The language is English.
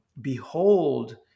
behold